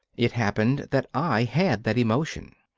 it happened that i had that emotion.